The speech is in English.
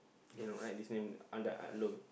you know right this name Andak Along